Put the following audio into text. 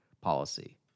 policy